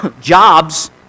Jobs